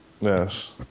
Yes